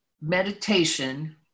meditation